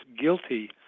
guilty